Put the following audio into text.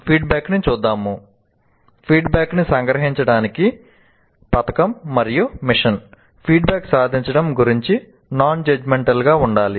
feedback న్ని సంగ్రహించడానికి పతకం మరియు మిషన్ ఫీడ్బ్యాక్ సాధించడం గురించి నాన్ జడ్జ్మెంటల్ గా ఉండాలి